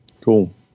Cool